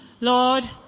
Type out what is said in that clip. Lord